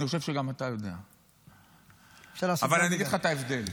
אני חושב שגם אתה יודע, אבל אני אגיד לך את ההבדל,